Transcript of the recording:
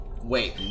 Wait